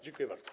Dziękuję bardzo.